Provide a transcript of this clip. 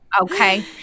okay